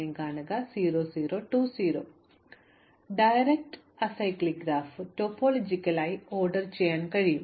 സംവിധാനം ചെയ്ത ഏത് അസൈക്ലിക് ഗ്രാഫും ടോപ്പോളജിക്കലായി ഓർഡർ ചെയ്യാൻ കഴിയും